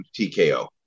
TKO